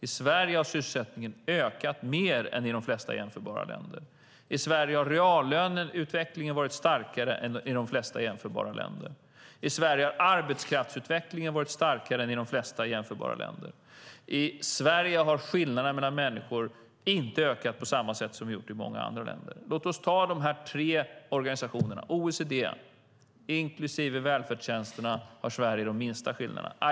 I Sverige har sysselsättningen ökat mer än i de flesta jämförbara länder. I Sverige har reallöneutvecklingen varit starkare än i de flesta jämförbara länder. I Sverige har arbetskraftsutvecklingen varit starkare än i de flesta jämförbara länder. I Sverige har skillnaderna mellan människor inte ökat på samma sätt som de har gjort i många andra länder. Låt oss ta tre organisationer. Inom OECD har Sverige de minsta skillnaderna, inklusive välfärdstjänsterna.